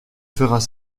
feras